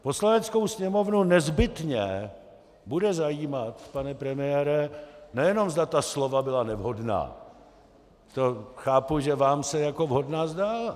Poslaneckou sněmovnu nezbytně bude zajímat, pane premiére, nejenom zda ta slova byla nevhodná, to chápu, že vám se jako vhodná zdá.